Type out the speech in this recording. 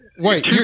Wait